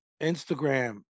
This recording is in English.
Instagram